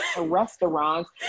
restaurants